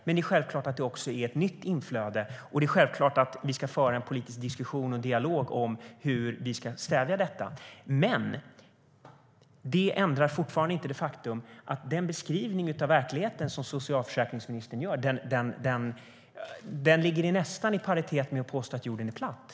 Men det är självklart också ett nytt inflöde, och det är självklart att vi ska föra en politisk diskussion och ha en dialog om hur vi ska stävja detta. Det ändrar dock fortfarande inte det faktum att den beskrivning av verkligheten som socialförsäkringsministern gör nästan ligger i paritet med att påstå att jorden är platt.